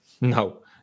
No